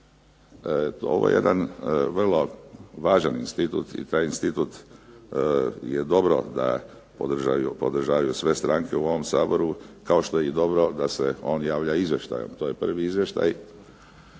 Ovo je jedan vrlo važan institut i taj institut je dobro da podrže sve stranke u ovom Saboru kao što je dobro da se on javlja i izvještajem. To je prvi izvještaj.